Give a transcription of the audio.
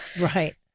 Right